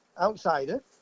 outsider